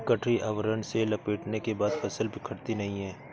गठरी आवरण से लपेटने के बाद फसल बिखरती नहीं है